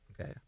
Okay